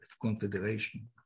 confederation